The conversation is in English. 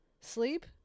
Sleep